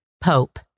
Pope